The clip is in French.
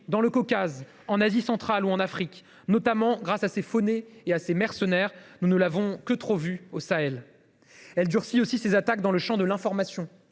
dans le Caucase, en Asie centrale ou en Afrique, notamment grâce à ses faux nez et à ses mercenaires – nous ne l’avons que trop vu au Sahel. Elle durcit aussi ses attaques dans le champ de l’information,